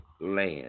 land